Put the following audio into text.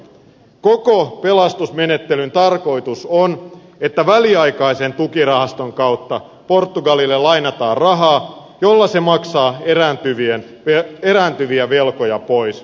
koko pelastusmenettelyn tarkoitus on että väliaikaisen tukirahaston kautta portugalille lainataan rahaa jolla se maksaa erääntyviä velkojaan pois